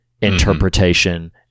interpretation